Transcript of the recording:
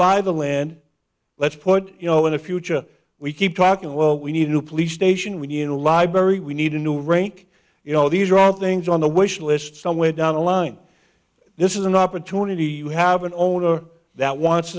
buy the land let's put you know in the future we keep talking well we need a new police station when you know library we need a new range you know these are all things on the wish list somewhere down the line this is an opportunity you have an owner that wants